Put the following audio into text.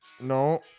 No